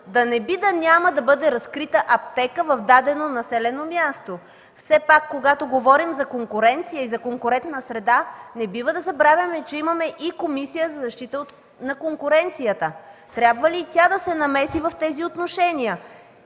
да не би да няма да бъде разкрита аптека в дадено населено място. Все пак, когато говорим за конкуренция и за конкурентна среда, не бива да забравяме, че имаме и Комисия за защита на конкуренцията. Трябва ли и тя да се намеси в тези отношения?